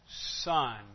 son